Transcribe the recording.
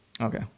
Okay